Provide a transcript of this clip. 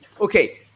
Okay